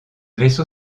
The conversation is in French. vaisseau